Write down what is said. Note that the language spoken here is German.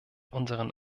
unseren